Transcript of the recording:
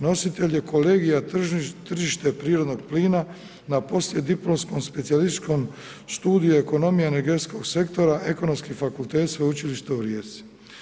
Nositelj je kolegica Tržište prirodnog plina na poslijediplomskom specijalističkom studiju ekonomije energetskog sektora Ekonomski fakultet Sveučilišta u Rijeci.